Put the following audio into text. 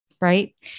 right